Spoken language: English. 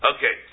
Okay